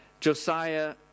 Josiah